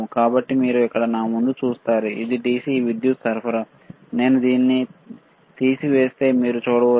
కాబట్టి మీరు ఇక్కడ నా ముందు చూస్తారు అది DC విద్యుత్ సరఫరా నేను దీనిని తీసివేస్తే మీరు చూడవచ్చు